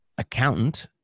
accountant